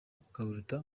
kaburuta